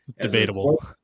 Debatable